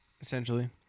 Essentially